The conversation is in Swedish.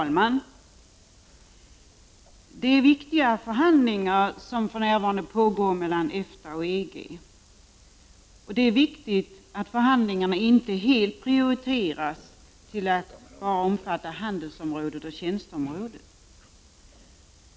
Herr talman! Viktiga förhandlingar pågår för närvarande mellan EFTA och EG. Det är viktigt att förhandlingarna inte helt prioriteras till att omfatta handelsområdet och tjänsteområdet.